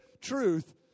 truth